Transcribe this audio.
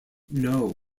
know